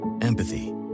Empathy